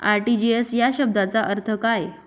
RTGS या शब्दाचा अर्थ काय?